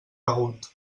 begut